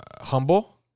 humble